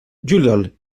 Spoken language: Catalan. juliol